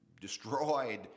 destroyed